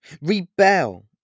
Rebel